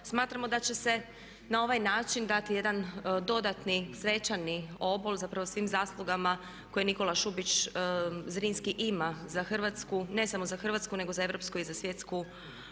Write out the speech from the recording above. Smatramo da će se na ovaj način dati jedan dodatni svečani obol, zapravo svim zaslugama koje Nikola Šubić Zrinski ima za Hrvatsku, ne samo za Hrvatsku nego i za Europsku povijest pogotovo